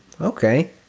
Okay